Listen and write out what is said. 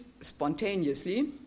spontaneously